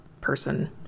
person